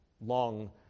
long